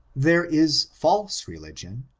there is false religion,